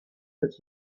that